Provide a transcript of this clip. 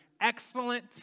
excellent